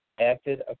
acted